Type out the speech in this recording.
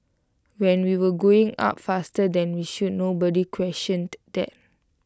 when we were going up faster than we should nobody questioned that